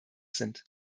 sind